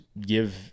give